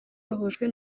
bahujwe